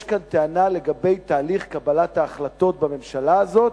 יש כאן טענה לגבי תהליך קבלת ההחלטות בממשלה הזאת,